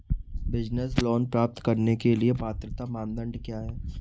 Business loan प्राप्त करने के लिए पात्रता मानदंड क्या हैं?